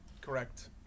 Correct